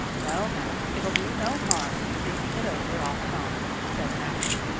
well now, it'll do no harm to be thinking it over off and on, said matthew.